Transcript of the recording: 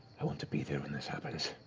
i want to be there when this happens.